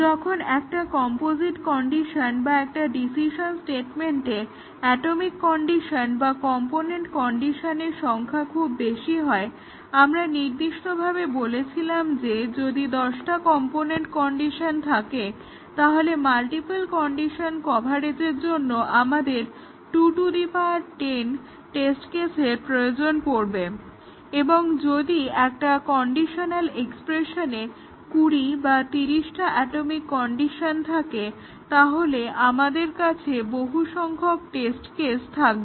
যখন একটা composite condition বা একটা ডিসিশন স্টেটমেন্টে অ্যাটমিক কন্ডিশন বা কম্পোনেন্ট কন্ডিশনের সংখ্যা খুব বেশি হয় আমরা নির্দিষ্টভাবে বলেছিলাম যে যদি দশটা কম্পোনেন্ট কন্ডিশন থাকে তাহলে মাল্টিপল কন্ডিশন কভারেজের জন্য আমাদের 210 টেস্ট কেসের প্রয়োজন পড়বে এবং যদি একটা কন্ডিশনাল এক্সপ্রেশনে 20 বা 30 টা অ্যাটমিক কন্ডিশন থাকে তাহলে আমাদের কাছে বহু সংখ্যক টেস্ট কেস থাকবে